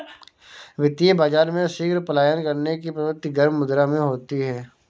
वित्तीय बाजार में शीघ्र पलायन करने की प्रवृत्ति गर्म मुद्रा में होती है